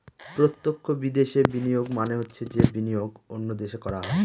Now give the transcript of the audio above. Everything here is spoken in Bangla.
প্রত্যক্ষ বিদেশে বিনিয়োগ মানে হচ্ছে যে বিনিয়োগ অন্য দেশে করা হয়